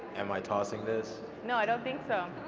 am i tossing this? no i don't think so.